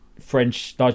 French